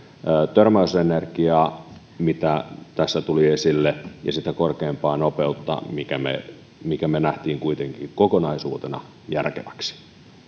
törmäysenergiaa mikä tässä tuli esille ja sitä korkeampaa nopeutta minkä me näimme kuitenkin kokonaisuutena järkeväksi